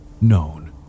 known